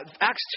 Acts